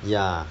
ya